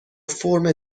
فرم